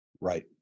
Right